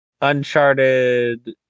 Uncharted